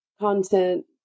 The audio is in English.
content